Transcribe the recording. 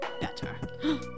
better